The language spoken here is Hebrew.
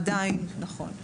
עדיין, נכון.